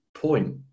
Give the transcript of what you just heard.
point